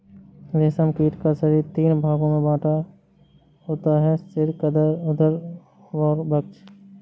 रेशम कीट का शरीर तीन भागों में बटा होता है सिर, उदर और वक्ष